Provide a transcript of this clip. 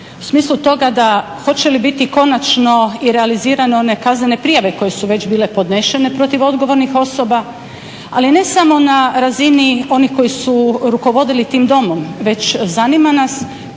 U smislu toga da, hoće li biti konačno i realizirane one kaznene prijave koje su već bile podnešene protiv odgovornih osoba. Ali ne samo na razini onih koji su rukovodili tim domom, već zanima nas